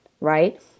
right